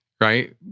right